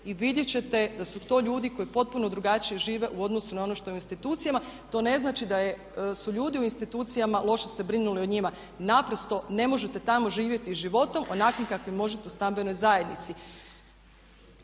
i vidjet ćete da su to ljudi koji potpuno drugačije žive u odnosu na ono što je u institucijama. To ne znači da su ljudi u institucijama loše se brinuli o njima, naprosto ne možete tamo živjeti životom onakvim kakvim možete u stambenoj zajednici.